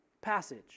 passage